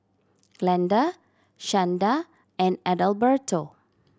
Glenda Shanda and Adalberto